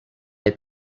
est